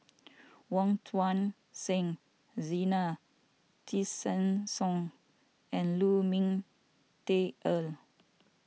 Wong Tuang Seng Zena Tessensohn and Lu Ming Teh Earl